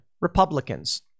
Republicans